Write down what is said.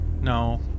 no